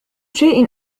شيء